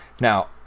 now